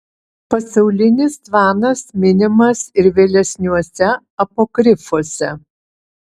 pasaulinis tvanas minimas ir vėlesniuose apokrifuose